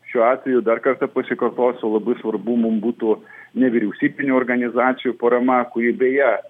šiuo atveju dar kartą pasikartosiu labai svarbu mum būtų nevyriausybinių organizacijų parama kuri beje